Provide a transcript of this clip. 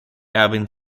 erwin